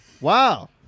wow